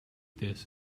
this